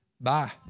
Bye